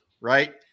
right